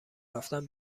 رفتن